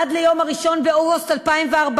עד ליום 1 באוגוסט 2014,